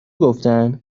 گفتن